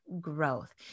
growth